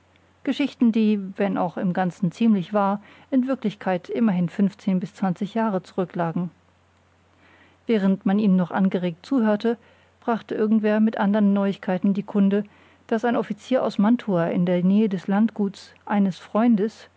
geschichten die wenn auch im ganzen ziemlich wahr in wirklichkeit immerhin fünfzehn bis zwanzig jahre zurücklagen während man ihm noch angeregt zuhörte brachte irgendwer mit andern neuigkeiten die kunde daß ein offizier aus mantua in der nähe des landguts eines freundes